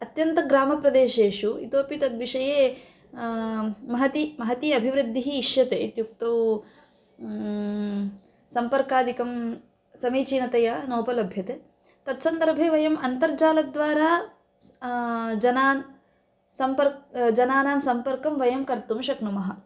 अत्यन्तग्रामप्रदेशेषु इतोपि तद्विषये महती महती अभिवृद्धिः इष्यते इत्युक्तौ सम्पर्कादिकं समीचीनतया नोपलभ्यते तत्सन्दर्भे वयम् अन्तर्जालद्वारा जनान् सम्पर्कं जनानां सम्पर्कं वयं कर्तुं शक्नुमः